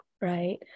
right